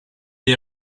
est